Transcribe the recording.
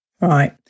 Right